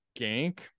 gank